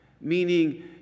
Meaning